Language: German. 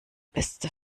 beste